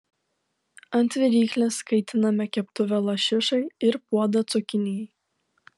ant viryklės kaitiname keptuvę lašišai ir puodą cukinijai